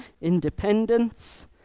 independence